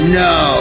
no